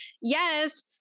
yes